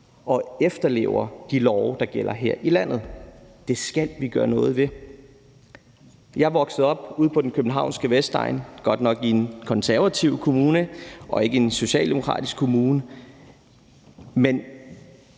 og efterlever de love, der gælder her i landet, og det skal vi gøre noget ved. Jeg voksede op ude på den københavnske Vestegn, det var godt nok i en konservativ kommune og ikke i en socialdemokratisk kommune, men